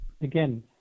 again